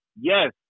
yes